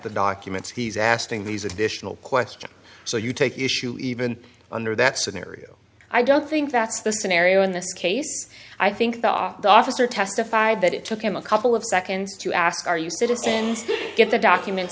the documents he's asking these additional questions so you take issue even under that scenario i don't think that's the scenario in this case i think the officer testified that it took him a couple of seconds to ask are you citizens get the documents